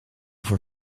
voor